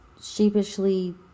sheepishly